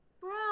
Bro